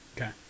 Okay